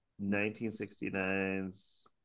1969's